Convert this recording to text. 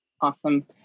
Awesome